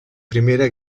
primera